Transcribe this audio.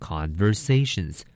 Conversations